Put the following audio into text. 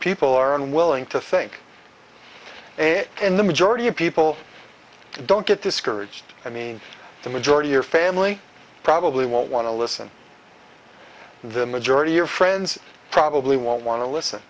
people are unwilling to think and the majority of people don't get discouraged i mean the majority your family probably won't want to listen the majority your friends probably won't want to listen